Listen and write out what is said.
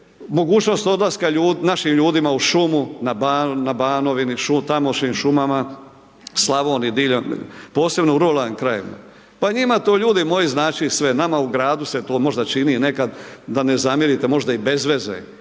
mogućnost odlaska našim ljudima u šumu, na Banovini, tamošnjim šumama, Slavoniji, diljem, posebno u ruralnim krajevima, pa njima to ljudi moji znači sve, nama u gradu se to možda čini nekad, da ne zamjerite, možda i bez veze,